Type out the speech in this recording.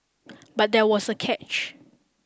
but there was a catch